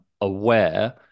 aware